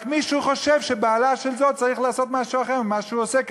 רק מישהו חושב שבעלה של זאת צריך לעשות משהו אחר ממה שהוא עושה,